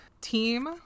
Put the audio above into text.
team